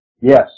Yes